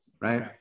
right